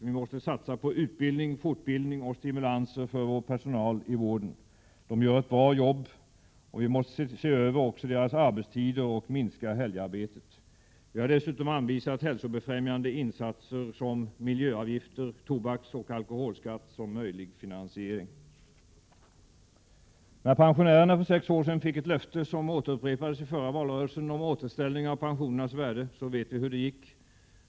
Vi måste satsa på utbildning, fortbildning och stimulanser för vår personal i vården. Den gör ett bra jobb. Vi måste också se över arbetstider och minska helgarbetet. Vi har dessutom anvisat hälsobefrämjande insatser som miljöavgifter, tobaksoch alkoholskatt som möjlig finansiering. När pensionärerna för sex år sedan fick ett löfte, som återupprepades i förra valrörelsen, om återställning av pensionernas värde vet vi hur det gick.